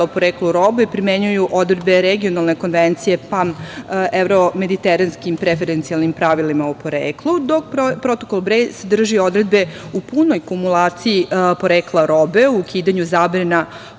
o poreklu robe primenjuju odredbe Regionalne konvencije o pan-evro-mediteranskim preferencijalnim pravilima o poreklu, a protokol B sadrži odredbe u punoj kumulaciji porekla robe, o ukidanju zabrana